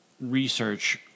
research